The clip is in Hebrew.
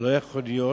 לא יכול להיות,